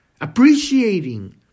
appreciating